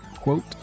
quote